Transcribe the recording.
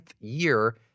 year